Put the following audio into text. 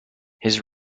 his